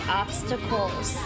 obstacles